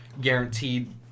guaranteed